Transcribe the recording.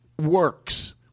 works